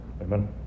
Amen